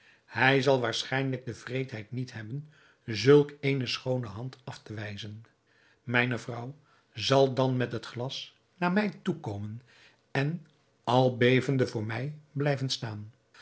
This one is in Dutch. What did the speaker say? hij zal waarschijnlijk de wreedheid niet hebben zulk eene schoone hand af te wijzen mijne vrouw zal dan met het glas naar mij toekomen en al bevende voor mij blijven staan